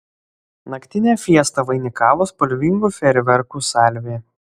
naktinę fiestą vainikavo spalvingų fejerverkų salvė